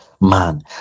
man